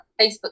Facebook